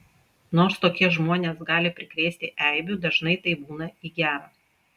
nors tokie žmonės gali prikrėsti eibių dažnai tai būna į gera